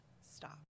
stop